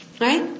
Right